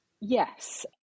Yes